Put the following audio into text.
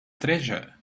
treasure